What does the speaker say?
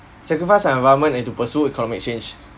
sacrifice our environment and to pursue economic change